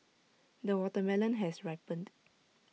the watermelon has ripened